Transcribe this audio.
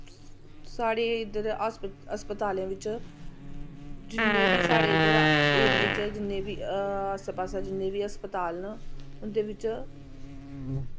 साढ़े इध्दर हस्पतालें बिच्च जिन्ने बी साढ़े इध्दर एरिये च जिन्ने बी आस्सै पास्सै हस्पताल न उंदे बिच्च